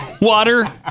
water